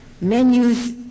Menus